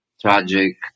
tragic